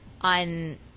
On